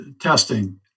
testing